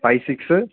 five six